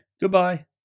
Goodbye